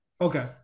Okay